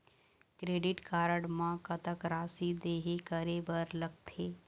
Credit card म कतक राशि देहे करे बर लगथे?